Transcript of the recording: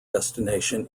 destination